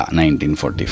1944